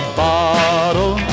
bottle